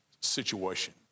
situation